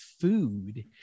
food